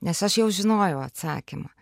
nes aš jau žinojau atsakymą